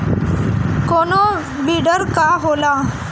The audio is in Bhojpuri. कोनो बिडर का होला?